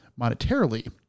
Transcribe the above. monetarily